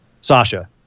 Sasha